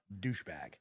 douchebag